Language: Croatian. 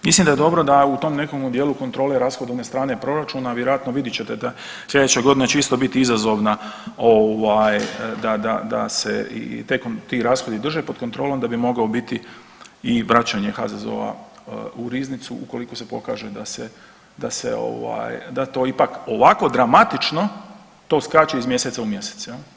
Mislim da je dobro da u tom nekom dijelu kontrole rashodovne strane proračuna vjerojatno vidjet ćete da slijedeća godina će isto bit izazovna ovaj da, da, da se i … [[Govornik se ne razumije]] ti rashodi drže pod kontrolom da bi mogao biti i vraćanje HZZO-a u riznicu ukoliko se pokaže da se, da se ovaj, da to ipak ovako dramatično to skače iz mjeseca u mjesec jel.